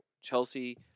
Chelsea